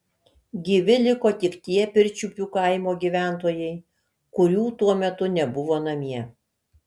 gyvi liko tik tie pirčiupių kaimo gyventojai kurių tuo metu nebuvo namie